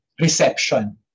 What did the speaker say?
reception